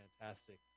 Fantastic